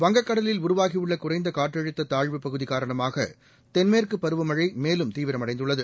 வங்கக்கடலில் உருவாகியுள்ள குறைந்த காற்றழுத்த தாழ்வுப்பகுதி காரணமாக தென்மேற்கு பருவமழை தீவிரமடைந்துள்ளது